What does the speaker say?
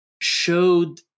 showed